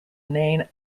nan